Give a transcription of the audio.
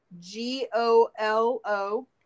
G-O-L-O